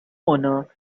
owner